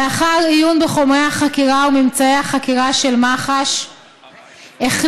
לאחר עיון בחומרי החקירה ובממצאי החקירה של מח"ש החליט